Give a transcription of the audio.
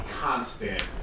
constant